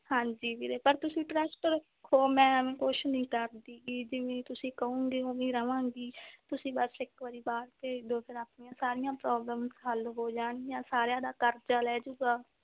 ਹਾਂਜੀ ਵੀਰੇ ਪਰ ਤੁਸੀਂ ਟਰੱਸਟ ਰੱਖੋ ਮੈਂ ਐਵੇਂ ਕੁਛ ਨਹੀਂ ਕਰਦੀ ਗੀ ਜਿਵੇਂ ਤੁਸੀਂ ਕਹੋਂਗੇ ਉਵੇਂ ਹੀ ਰਹਾਂਗੀ ਤੁਸੀਂ ਬਸ ਇੱਕ ਵਾਰੀ ਬਾਹਰ ਭੇਜ ਦਿਉ ਫਿਰ ਆਪਣੀਆਂ ਸਾਰੀਆਂ ਪ੍ਰੋਬਲਮਸ ਹੱਲ ਹੋ ਜਾਣਗੀਆਂ ਸਾਰਿਆਂ ਦਾ ਕਰਜ਼ਾ ਲੈ ਜੁਗਾ